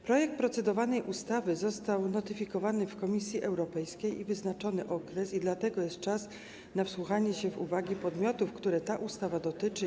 Projekt procedowanej ustawy został notyfikowany w Komisji Europejskiej i jest wyznaczony okres, dlatego jest czas na wsłuchanie się w uwagi podmiotów, których ta ustawa dotyczy.